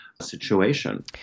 situation